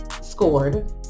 scored